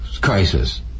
crisis